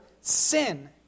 sin